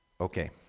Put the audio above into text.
Okay